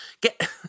get